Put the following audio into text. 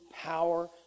power